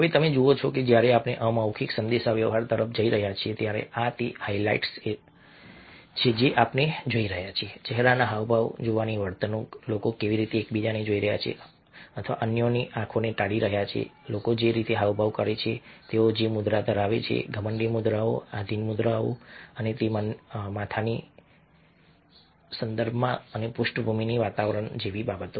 હવે તમે જુઓ છો કે જ્યારે આપણે અમૌખિક સંદેશાવ્યવહાર જોઈ રહ્યા છીએ ત્યારે આ તે હાઈલાઈટ્સવિશિષ્ટતાછે જે આપણે જોઈ રહ્યા છીએ ચહેરાના હાવભાવ જોવાની વર્તણૂક લોકો કેવી રીતે એકબીજાને જોઈ રહ્યા છે અથવા અન્યની આંખોને ટાળી રહ્યા છે લોકો જે હાવભાવ કરે છે તેઓ જે મુદ્રાઓ ધરાવે છે ઘમંડી મુદ્રાઓ આધીન મુદ્રાઓ અને તે માથાની તિ સંદર્ભ અને પૃષ્ઠભૂમિની વાતાવરણ જેવી બાબતો